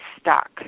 stuck